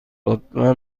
لطفا